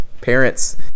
parents